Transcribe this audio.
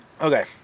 Okay